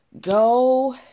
go